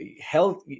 health